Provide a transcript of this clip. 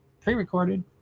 pre-recorded